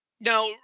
Now